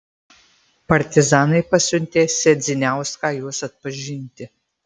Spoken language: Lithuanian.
partizanai pasiuntė sedziniauską juos atpažinti